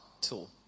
tool